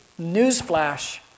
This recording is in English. newsflash